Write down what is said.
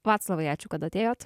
vaclovai ačiū kad atėjot